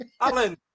alan